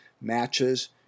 matches